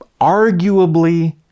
arguably